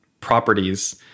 properties